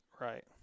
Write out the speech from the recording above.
Right